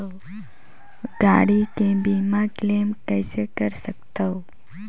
गाड़ी के बीमा क्लेम कइसे कर सकथव?